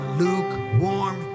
lukewarm